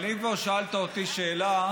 אבל אם כבר שאלת אותי שאלה,